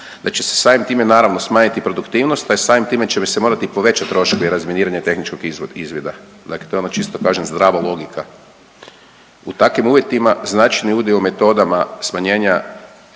da će se samim time naravno smanjiti produktivnost, a i samim time će se morati povećati troškovi razminiranja tehničkog izvoda. Dakle, to je ono čisto kažem zdrava logika. U takvim uvjetima značajni udio u metodama smanjenja